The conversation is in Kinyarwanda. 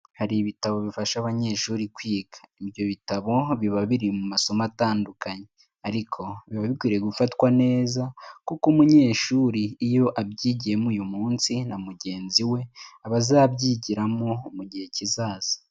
Hari ibitabo bifasha abanyeshuri kwiga, ibyo bitabo biba biri mu masomo atandukanye ariko biba bikwiriye gufatwa neza kuko umunyeshuri iyo abyigiyemo uyu munsi na mugenzi we aba azabyigiramo mu gihe kizaza.